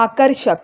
आकर्षक